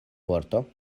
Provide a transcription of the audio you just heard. vorto